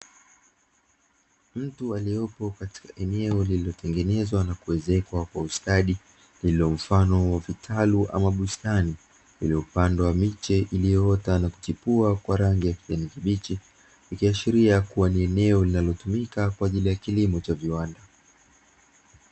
Mtu aliyopo katika eneo lililotengenezwa na kuezekwa kwa ustadi, lililo mfano wa vitalu ama bustani iliyopandwa miche iliyochipua kwa rangi ya kijani kibichi, ikiashiria kuwa ni eneo linalotumika kwa ajili ya kilimo cha viwanda.